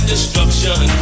Destruction